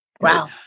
Wow